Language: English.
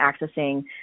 accessing